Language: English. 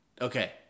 Okay